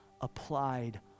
applied